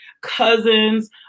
cousins